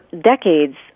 decades